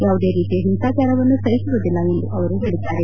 ಯಾವುದೇ ರೀತಿಯ ಹಿಂಸಾಚಾರವನ್ನು ಸಹಿಸುವುದಿಲ್ಲ ಎಂದು ಅವರು ಹೇಳಿದ್ದಾರೆ